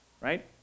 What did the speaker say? Right